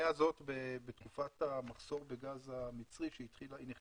כשהאנייה הזאת נכנסה לעבוד בתקופת המחסור בגז המצרי הייתה